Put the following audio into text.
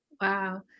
Wow